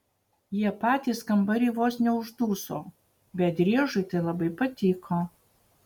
jie patys kambary vos neužduso bet driežui tai labai patiko